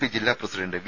P ജില്ലാ president V